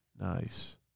Nice